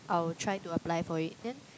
I will try to apply for it then